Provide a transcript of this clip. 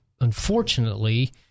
unfortunately